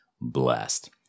blessed